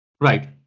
Right